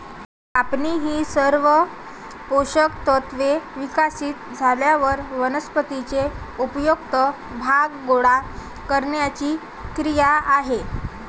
कापणी ही सर्व पोषक तत्त्वे विकसित झाल्यावर वनस्पतीचे उपयुक्त भाग गोळा करण्याची क्रिया आहे